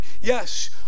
Yes